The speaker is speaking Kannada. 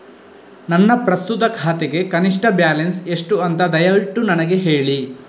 ನನ್ನ ಪ್ರಸ್ತುತ ಖಾತೆಗೆ ಕನಿಷ್ಠ ಬ್ಯಾಲೆನ್ಸ್ ಎಷ್ಟು ಅಂತ ದಯವಿಟ್ಟು ನನಗೆ ಹೇಳಿ